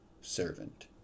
servant